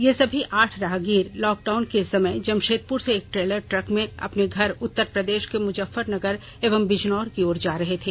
ये सभी आठ राहगीर लॉक डाउन के समय जमशेदपुर से एक ट्रेलर ट्रक में अपने घर उत्तर प्रदेश के मुजफ्फरनगर एवं बिजनौर की ओर जा रहे थे